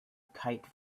kite